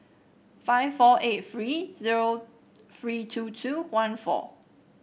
five four eight three zero three two two one four